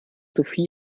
sophie